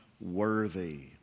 worthy